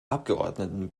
abgeordneten